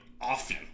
Often